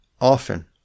Often